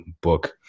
book